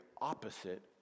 opposite